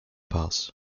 pass